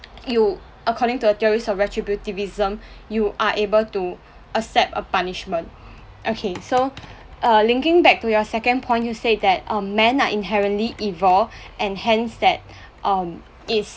you according to a theory of retributivism you are able to accept a punishment okay so uh linking back to your second point you said that um men are inherently evil and hence that um is